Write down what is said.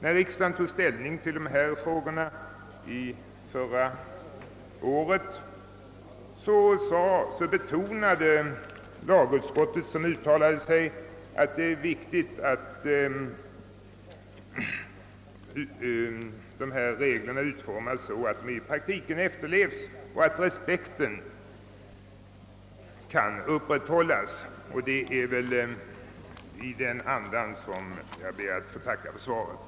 När riksdagen tog ställning till dessa frågor förra året betonade lagutskottet vikten av att trafikreglerna utformas så, att de verkligen efterleves i praktiken och respekten för gällande regler upp rätthålles. Detta får inte försvåras av att vidtagna åtgärder är osmidiga.